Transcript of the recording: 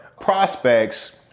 prospects